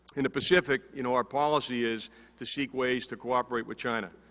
in the pacific, you know, our policy is to seek ways to cooperate with china.